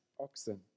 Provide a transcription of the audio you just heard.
oxen